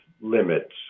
limits